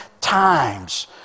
times